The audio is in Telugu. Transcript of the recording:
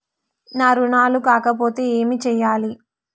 నా రుణాలు కాకపోతే ఏమి చేయాలి?